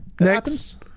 Next